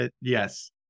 yes